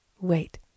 Wait